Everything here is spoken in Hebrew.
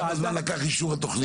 כמה זמן לקח אישור התוכנית?